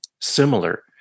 similar